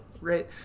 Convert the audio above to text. Right